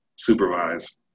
Supervise